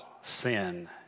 sin